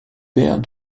père